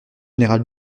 général